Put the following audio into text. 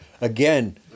again